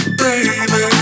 baby